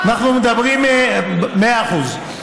מאה אחוז.